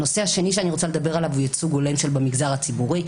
הנושא השני שאני רוצה לדבר עליו הוא ייצוג הולם במגזר הציבורי.